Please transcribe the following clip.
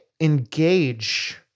engage